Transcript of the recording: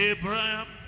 Abraham